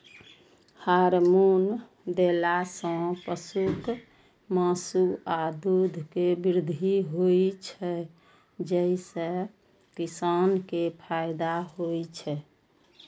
hormone देला सं पशुक मासु आ दूध मे वृद्धि होइ छै, जइसे किसान कें फायदा होइ छै